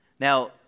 Now